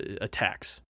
attacks